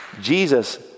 Jesus